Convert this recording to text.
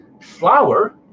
flour